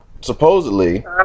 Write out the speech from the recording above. supposedly